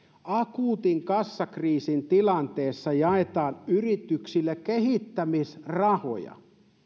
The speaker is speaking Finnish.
akuutin kassakriisin tilanteessa jaetaan yrityksille kehittämisrahoja